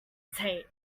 tape